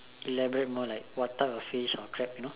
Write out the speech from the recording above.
elaborate more like what type of fish or crab you know